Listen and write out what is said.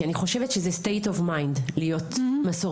כי אני חושבת שזה סטייט אוף מיינד להיות מסורתי,